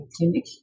clinic